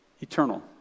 eternal